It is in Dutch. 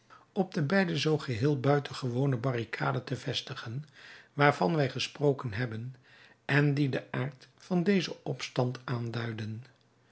op de beide zoo geheel buitengewone barricaden te vestigen waarvan wij gesproken hebben en die den aard van dezen opstand aanduidden